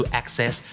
access